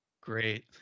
Great